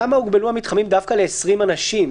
למה הוגבלו המתחמים דווקא ל-20 אנשים?